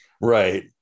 Right